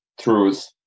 truth